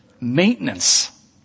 maintenance